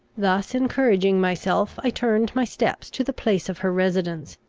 thus encouraging myself, i turned my steps to the place of her residence.